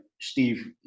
Steve